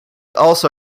also